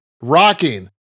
rocking